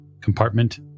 compartment